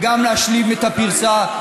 וגם להשלים את הפרצה,